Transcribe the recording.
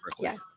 Yes